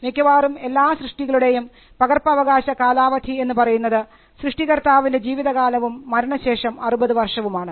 മിക്കവാറും എല്ലാ സൃഷ്ടികളുടെയും പകർപ്പവകാശ കാലാവധി എന്ന് പറയുന്നത് സൃഷ്ടികർത്താവിൻറെ ജീവിതകാലവും മരണശേഷം 60 വർഷവുമാണ്